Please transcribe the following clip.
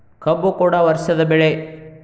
ಕಬ್ಬು ಕೂಡ ವರ್ಷದ ಬೆಳೆ